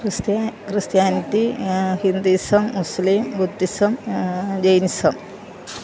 ക്രിസ്ത്യാ Christianity Hinduism മുസ്ളീം Buddhism Jainism